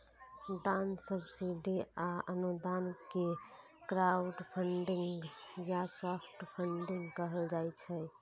दान, सब्सिडी आ अनुदान कें क्राउडफंडिंग या सॉफ्ट फंडिग कहल जाइ छै